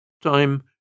Time